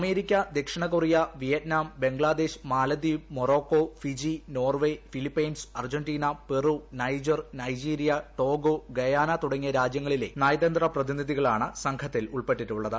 America ദക്ഷിണ Korea Vietnam Bangladesh Maladweep Morocco Fiji Norway Philippines Argentina Peru Niger Nigeria Togo Guyana തുടങ്ങിയ രാജ്യങ്ങളിലെ നയതന്ത്ര പ്രതിനിധികളാണ് സംഘത്തിൽ ഉൾപ്പെട്ടിട്ടുള്ളത്